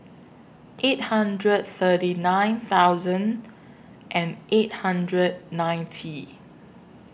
eight thousand thirty nine thousand and eight hundred ninety